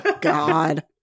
god